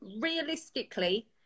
realistically